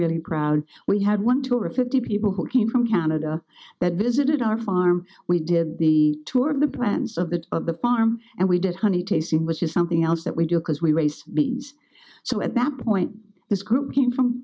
really proud we had one terrific the people who came from canada that visited our farm we did the tour of the plants of the of the farm and we did honey tasting which is something else that we do because we raised so at that point this group came from